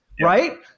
right